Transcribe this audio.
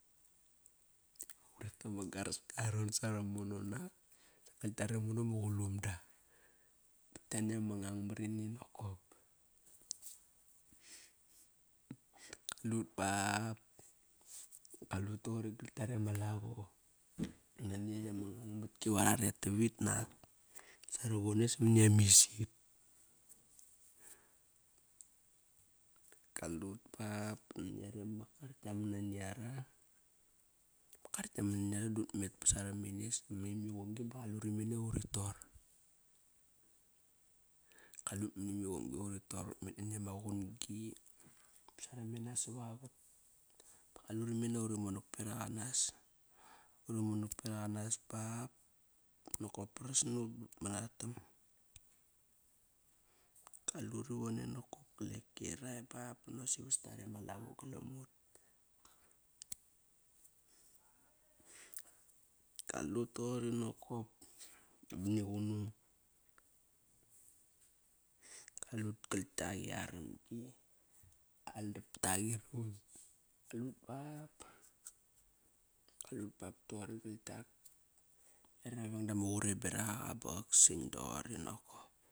Va uret dama garaska aron sara mono nak. Gal kiaromono ma qulum da mat kiani ma ngang marini nakop. Kalut bap, qalut toret gal kiare ma lavo nani yet ama ngang matki va raret tavit nak sarovone samani ama isit. Kalut bap ba nani ama kar kia man nani ara. Ma kar kia man nani ara dut met ba sara mene samani ma iqumgi ba qalut imene uri tor. Kalut mani ma igumgi uri tor, ut met nani ama qun-gi sara mena savavat ba qaluri mene uri monak berak anas. Uri monak berak anas bap, nokop paras nut but manatam. Kalut ivone gal e kirai bap banokosi vas dare ma lavo galam mut. Kalut toqori nokop mani qunung. Kalut kal tiak i aramgi. Aldap tak ingun. Kalut bap. Kalut bap are ra veng dama qurem beraq aqa ba qak san doqori nokop.